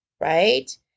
right